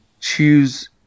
choose